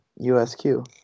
USQ